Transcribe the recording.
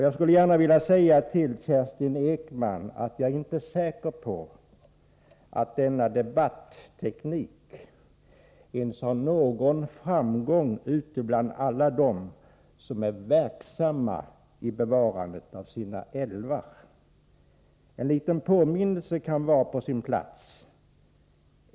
Jag skulle gärna vilja säga till Kerstin Ekman att jag inte är säker på att denna debatteknik ens har någon framgång ute bland alla dem som är verksamma i arbetet för att bevara sina älvar. En liten påminnelse kan vara på sin plats.